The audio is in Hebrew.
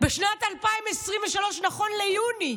בשנת 2023, נכון ליוני,